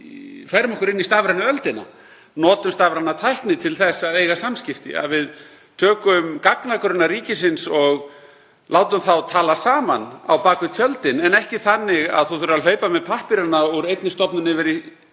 færum okkur inn í stafrænu öldina, notum stafræna tækni til að eiga samskipti, tökum gagnagrunna ríkisins og látum þá tala saman á bak við tjöldin en ekki þannig að hlaupa þurfi með pappíra úr einni stofnun yfir í